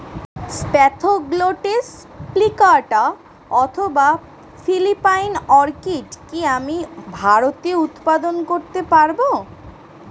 Spathoglottis plicata অথবা Philippine orchid কি আমি ভারতে উৎপাদন করতে পারবো?